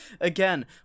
again